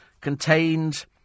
contained